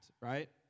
right